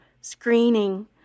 screening